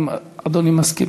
אם אדוני מסכים.